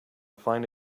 find